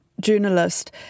journalist